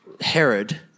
Herod